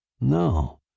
No